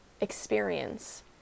experience